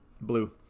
Blue